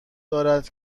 دارد